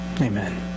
Amen